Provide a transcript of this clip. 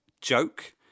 joke